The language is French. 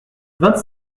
vingt